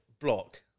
block